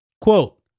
Quote